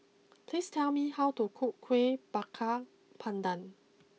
please tell me how to cook Kueh Bakar Pandan